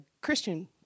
Christian